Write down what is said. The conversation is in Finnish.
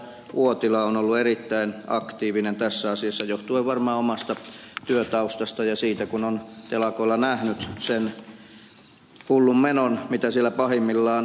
uotila on ollut erittäin aktiivinen tässä asiassa johtuen varmasti omasta työtaustastaan ja siitä kun on telakoilla nähnyt sen hullun menon mitä siellä pahimmillaan on